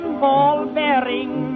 ball-bearing